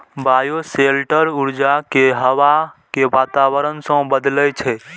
bioshelter ऊर्जा कें हवा के वातावरण सं बदलै छै